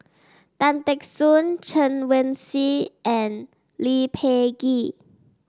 Tan Teck Soon Chen Wen Hsi and Lee Peh Gee